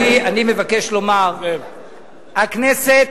אני מבקש לומר: הכנסת,